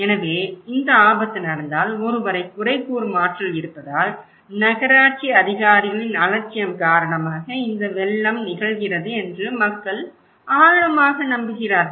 எனவே இந்த ஆபத்து நடந்தால் ஒருவரைக் குறை கூறும் ஆற்றல் இருப்பதால் நகராட்சி அதிகாரிகளின் அலட்சியம் காரணமாக இந்த வெள்ளம் நிகழ்கிறது என்று மக்கள் ஆழமாக நம்புகிறார்கள்